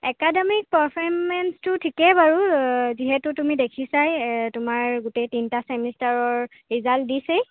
একাডেমীক পাৰফেৰ্মেন্সটো ঠিকেই বাৰু যিহেতু তুমি দেখিছাই তোমাৰ গোটেই তিনিটা চেমিষ্টাৰৰ ৰিজাল্ট দিছেই